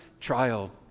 trial